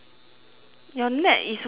your net is what colour blue